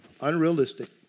unrealistic